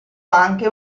anche